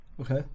Okay